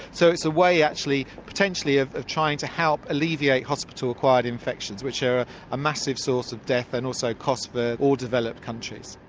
so it's a way actually, potentially, of of trying to help alleviate hospital acquired infections, which are a massive source of death and also costs for all developed countries.